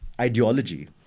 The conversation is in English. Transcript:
ideology